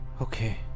Okay